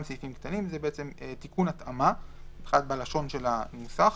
סעיפים קטנים"; זה תיקון התאמה בלשון של הנוסח.